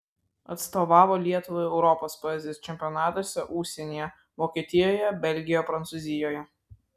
atstovavo lietuvai europos poezijos čempionatuose užsienyje vokietijoje belgijoje prancūzijoje